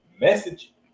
Message